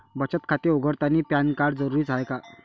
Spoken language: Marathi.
बचत खाते उघडतानी पॅन कार्ड जरुरीच हाय का?